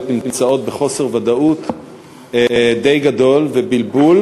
מצויות בחוסר ודאות די גדול ובלבול,